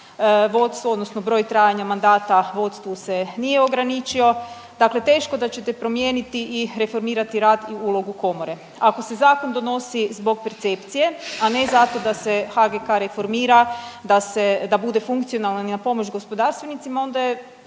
vodstvo odnosno broj trajanja mandata vodstvu se nije ograničio. Dakle, teško da ćete promijeniti i reformirati rad i ulogu komore. Ako se zakon donosi zbog percepcije, a ne zato da se HGK reformira, da bude funkcionalan i na pomoć gospodarstvenicima onda je